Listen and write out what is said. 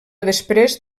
després